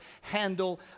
handle